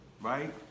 right